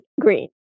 green